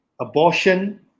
abortion